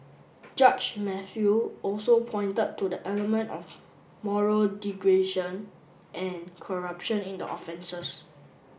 judge Mathew also pointed to the element of moral degradation and corruption in the offences